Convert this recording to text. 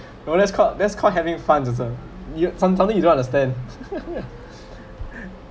no let's called that's called having fun joseph you some something you don't understand